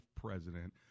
president